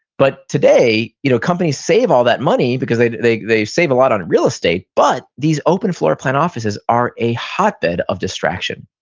but today, you know companies save all that money because they they save a lot on real estate. but these open floor plan offices are a hotbed of distraction.